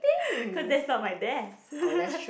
because that's not my desk